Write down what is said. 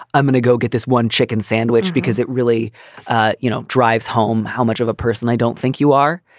i'm going to go get this one chicken sandwich because it really ah you know drives home how much of a person i don't think you are,